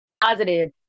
positive